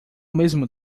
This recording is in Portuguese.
mesmo